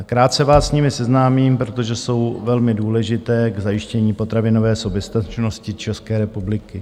Krátce vás s nimi seznámím, protože jsou velmi důležité k zajištění potravinové soběstačnosti České republiky.